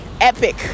epic